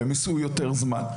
והם ייסעו יותר זמן.